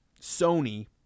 Sony